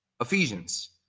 Ephesians